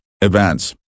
events